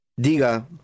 Diga